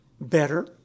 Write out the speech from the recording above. better